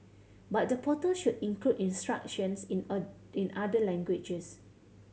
but the portal should include instructions in a in other languages